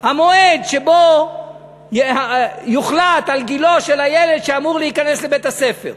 המועד שבו יוחלט על גילו של הילד שאמור להיכנס לבית-הספר.